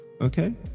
Okay